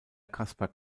kasper